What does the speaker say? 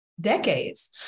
decades